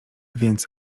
więc